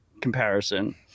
comparison